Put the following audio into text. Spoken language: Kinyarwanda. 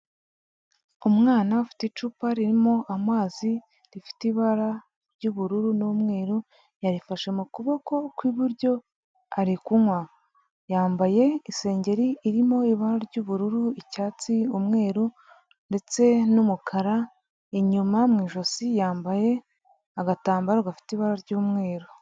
Umwana ufite icupa ririmo amazi rifite ibara ry'ubururu n'umweru yarifashe mu kuboko kw'iburyo arikunywa, yambaye isengeri irimo ibara ry'ubururu, icyatsi, umweru ndetse n'umukara, inyuma mu ijosi yambaye agatambaro gafite ibara ry'umweru.